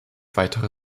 weitere